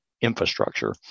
infrastructure